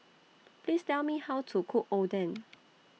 Please Tell Me How to Cook Oden